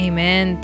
Amen